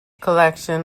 collection